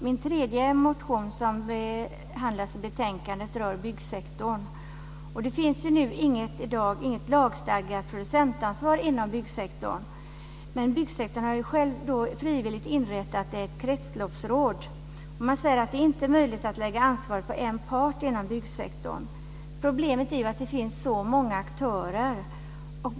Min tredje motion som behandlas i betänkandet rör byggsektorn. Det finns i dag inget lagstadgat producentansvar inom byggsektorn men byggsektorn har själv frivilligt inrättat ett kretsloppsråd. Man säger att det inte är möjligt att lägga ansvaret på en part inom byggsektorn. Men problemet är att det finns så många aktörer.